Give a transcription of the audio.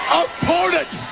opponent